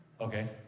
Okay